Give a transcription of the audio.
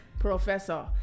Professor